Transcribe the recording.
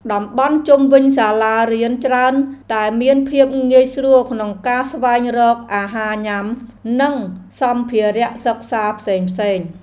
តំបន់ជុំវិញសាលារៀនច្រើនតែមានភាពងាយស្រួលក្នុងការស្វែងរកអាហារញ៉ាំ និងសម្ភារៈសិក្សាផ្សេងៗ។